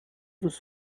dos